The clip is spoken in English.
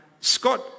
Scott